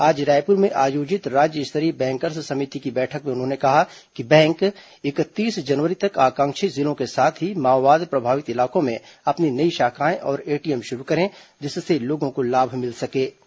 आज रायपुर में आयोजित राज्य स्तरीय बैंकर्स समिति की बैठक में उन्होंने कहा कि बैंक इकतीस जनवरी तक आकांक्षी जिलों के साथ ही माओवाद प्रभावित इलाकों में अपनी नई शाखाएं और एटीएम शुरू करें जिससे लोगों को लाभ मिल सकें